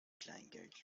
kleingeld